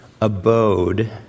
abode